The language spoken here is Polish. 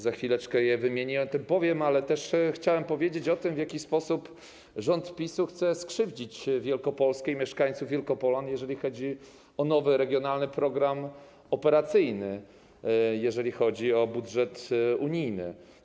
Za chwileczkę je wymienię i o tym powiem, ale chciałem też powiedzieć o tym, w jaki sposób rząd PiS-u chce skrzywdzić Wielkopolskę i jej mieszkańców, Wielkopolan, jeżeli chodzi o nowy regionalny program operacyjny, jeżeli chodzi o budżet unijny.